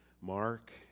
Mark